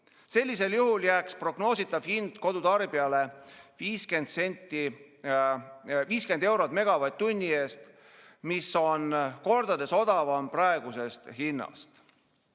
Sellisel juhul jääks prognoositav hind kodutarbijale 50 eurot megavatt-tunni eest, mis on kordades odavam praegusest hinnast.